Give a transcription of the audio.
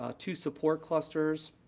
ah two support clusters,